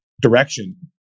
direction